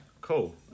cool